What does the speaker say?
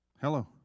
Hello